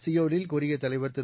சியோலில் கொரிய தலைவர் திரு